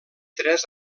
tres